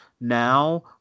now